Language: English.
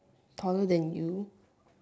taller than you